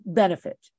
benefit